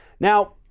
now,